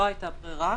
לא הייתה ברירה.